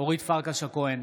אורית פרקש הכהן,